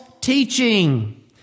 teaching